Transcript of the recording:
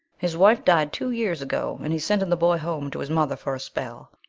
his wife died two years ago and he's sending the boy home to his mother for a spell.